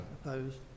Opposed